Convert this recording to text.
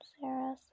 Sarah